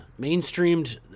mainstreamed